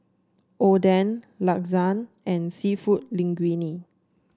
Oden Lasagne and seafood Linguine